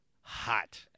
hot